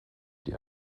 die